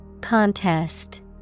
Contest